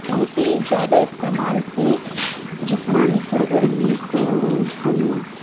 ان کی زیادہ استعمال سے جسمانی سرگرمی کو ہم